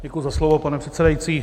Děkuji za slovo, pane předsedající.